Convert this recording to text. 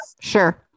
sure